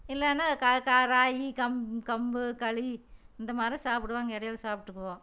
இல்லைன்னா க க ராகி கம் கம்பு களி இந்த மாதிரி சாப்பிடுவாங்க இடையில சாப்பிட்டுக்குவோம்